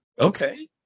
Okay